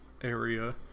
area